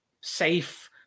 safe